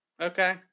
Okay